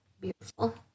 Beautiful